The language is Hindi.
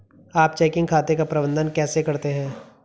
आप चेकिंग खाते का प्रबंधन कैसे करते हैं?